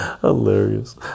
hilarious